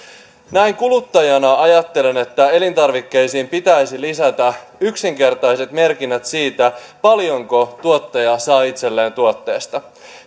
näin kuluttajana ajattelen että elintarvikkeisiin pitäisi lisätä yksinkertaiset merkinnät siitä paljonko tuottaja saa itselleen tuotteesta